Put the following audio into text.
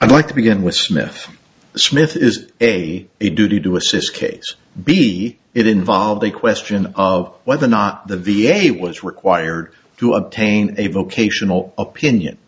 i'd like to begin with smith smith is a a duty to assist case be it involved the question of whether or not the v a was required to obtain a vocational opinion